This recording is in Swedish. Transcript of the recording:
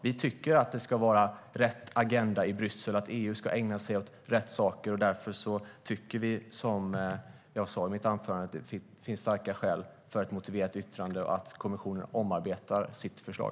Det ska vara rätt agenda i Bryssel, och EU ska ägna sig åt rätt saker. Därför tycker vi, som jag sa i mitt anförande, att det finns starka skäl för ett motiverat yttrande och att kommissionen omarbetar sitt förslag.